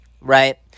right